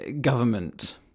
government